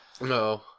No